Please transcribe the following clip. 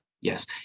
Yes